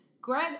Greg